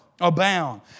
abound